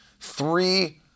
Three